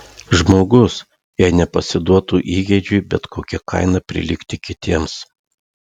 žmogus jei nepasiduotų įgeidžiui bet kokia kaina prilygti kitiems